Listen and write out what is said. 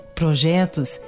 projetos